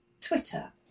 Twitter